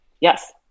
Yes